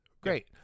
Great